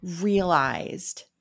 realized